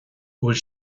bhfuil